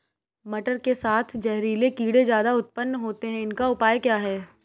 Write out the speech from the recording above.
मटर के साथ जहरीले कीड़े ज्यादा उत्पन्न होते हैं इनका उपाय क्या है?